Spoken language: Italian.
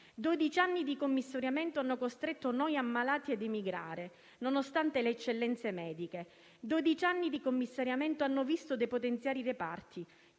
anni di commissariamento hanno costretto noi ammalati a emigrare nonostante le eccellenze mediche; dodici anni di commissariamento hanno visto depotenziare i reparti,